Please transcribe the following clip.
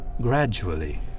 Gradually